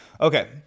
Okay